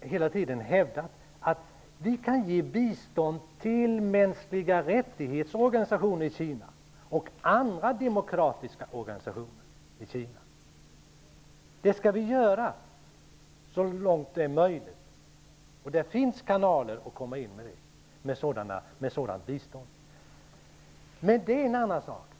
hela tiden hävdat att vi kan ge bistånd till mänskliga-rättighetsorganisationer i Kina och andra demokratiska organisationer i Kina. Det skall vi göra så långt det är möjligt. Det finns kanaler att komma in med sådant bistånd. Det är en sak.